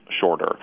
shorter